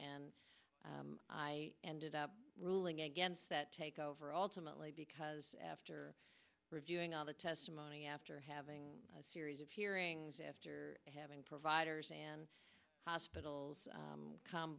and i ended up ruling against that takeover alternately because after reviewing all the testimony after having a series of hearings after having providers and hospitals come